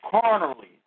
carnally